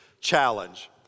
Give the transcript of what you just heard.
challenge